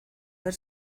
ver